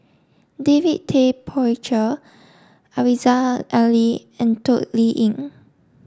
David Tay Poey Cher Aziza Ali and Toh Liying